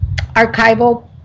archival